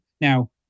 Now